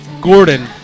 Gordon